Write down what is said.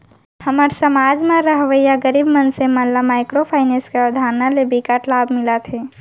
हमर समाज म रहवइया गरीब मनसे मन ल माइक्रो फाइनेंस के अवधारना ले बिकट लाभ मिलत हे